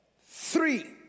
Three